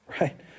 right